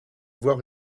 voir